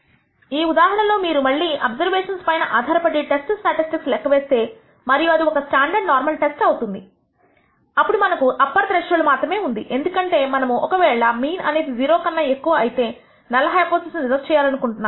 ఈ ఉదాహరణలో మీరు మళ్లీ అబ్సర్వేషన్స్ పైన ఆధారపడి టెస్ట్ స్టాటిస్టిక్స్ లెక్కవేస్తే మరియు అది ఒక స్టాండర్డ్ నార్మల్ టెస్ట్ అవుతుంది అప్పుడు మనకు అప్పర్ త్రెష్హోల్డ్ మాత్రమే ఉంది ఎందుకంటే మనము ఒకవేళ మీన్ అనేది 0 కన్నా ఎక్కువ అయితే నల్ హైపోథిసిస్ను రిజెక్ట్ చేయాలనుకుంటున్నాము